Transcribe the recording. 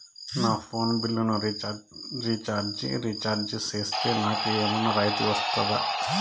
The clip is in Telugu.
నా ఫోను బిల్లును రీచార్జి రీఛార్జి సేస్తే, నాకు ఏమన్నా రాయితీ వస్తుందా?